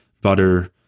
butter